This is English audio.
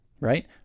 right